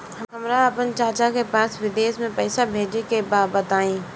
हमरा आपन चाचा के पास विदेश में पइसा भेजे के बा बताई